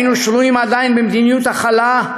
היינו שרויים עדיין במדיניות הכלה,